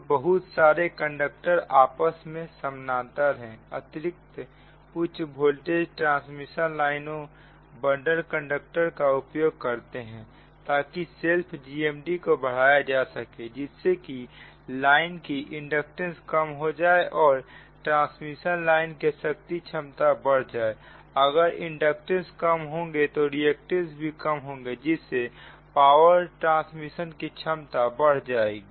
तो बहुत सारे कंडक्टर आपस में समानांतर है अतिरिक्त उच्च वोल्टेज ट्रांसमिशन लाइनों बंडल कंडक्टर का उपयोग करते हैं ताकि सेल्फ GMD को बढ़ाया जा सके जिससे कि लाइन की इंडक्टेंस कम हो जाए और ट्रांसमिशन लाइन के शक्ति क्षमता बढ़ जाए अगर इंडक्टेंस कम होंगे तो रिएक्टेंस भी कम होंगे जिससे पावर ट्रांसमिशन की क्षमता बढ़ जाएगी